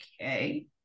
okay